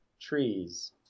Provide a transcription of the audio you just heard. trees